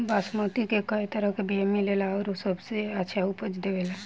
बासमती के कै तरह के बीया मिलेला आउर कौन सबसे अच्छा उपज देवेला?